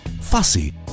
Fussy